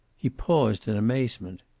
he paused in amazement.